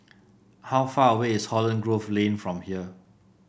how far away is Holland Grove Lane from here